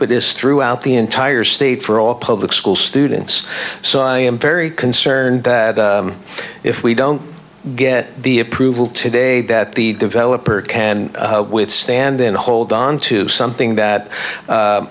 what is throughout the entire state for all public school students so i am very concerned that if we don't get the approval today that the developer can withstand then hold on to something that